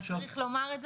אני אומר את זה